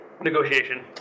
Negotiation